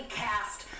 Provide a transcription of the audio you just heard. cast